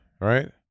right